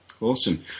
Awesome